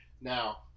Now